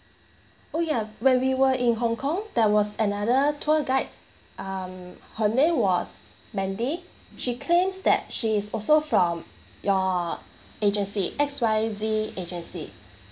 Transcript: oh ya when we were in hong kong there was another tour guide um her name was mandy she claims that she is also from your agency X Y Z agency